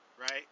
Right